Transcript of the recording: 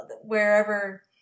wherever